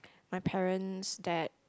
my parents that